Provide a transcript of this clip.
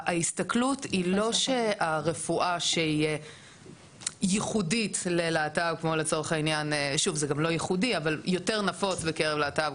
ההסתכלות היא לא על רפואה שייחודית או שנפוצה יותר בקרב להט״ב,